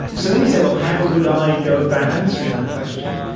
so then you say, well, how would i go about answering that question?